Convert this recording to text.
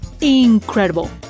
incredible